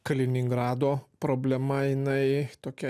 kaliningrado problema jinai tokia